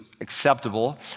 acceptable